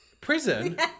Prison